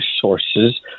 sources